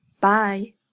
Bye